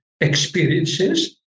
experiences